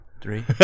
three